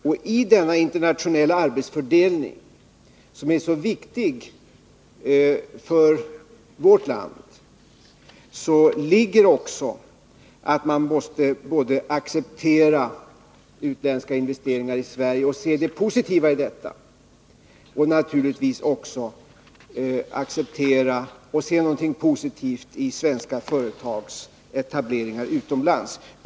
I denna internationella arbetsfördelning — som är så viktig för vårt land — ligger också att man måste acceptera utländska investeringar i Sverige och se det positiva i det men naturligtvis även acceptera och se någonting positivt i svenska företags etableringar utomlands.